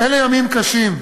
אלה ימים קשים,